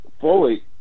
fully